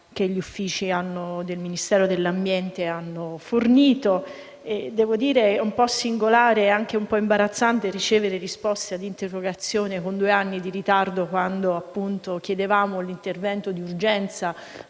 che gli uffici del Ministero dell'ambiente hanno fornito. Devo ammettere che è alquanto singolare e anche imbarazzante ricevere risposta a un'interrogazione con due anni di ritardo visto che chiedevamo l'intervento d'urgenza: